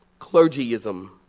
clergyism